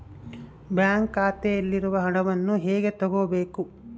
Bank ಖಾತೆಯಲ್ಲಿರುವ ಹಣವನ್ನು ಹೇಗೆ ತಗೋಬೇಕು?